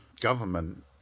government